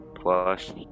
plus